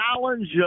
challenge